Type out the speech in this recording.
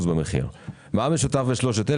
מה המשותף לשלושתם?